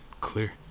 clear